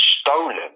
stolen